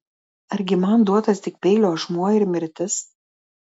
argi man duotas tik peilio ašmuo ir mirtis